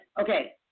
okay